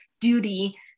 duty